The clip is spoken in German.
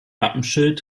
wappenschild